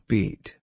Beat